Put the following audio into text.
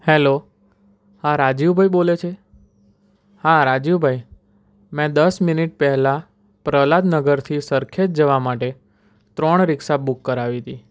hello હા રાજીવ ભાઈ બોલે છે હા રાજીવ ભાઈ મેં દસ મિનિટ પહેલાં પ્રહલાદ નગરથી સરખેજ જવા માટે ત્રણ રિક્ષા બુક કરાવી હતી